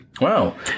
Wow